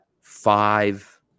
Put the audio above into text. five